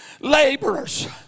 laborers